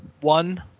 one